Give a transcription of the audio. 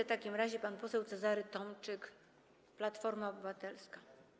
W takim razie pan poseł Cezary Tomczyk, Platforma Obywatelska.